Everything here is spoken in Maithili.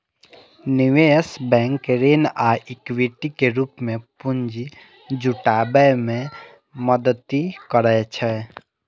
निवेश बैंक ऋण आ इक्विटी के रूप मे पूंजी जुटाबै मे मदति करै छै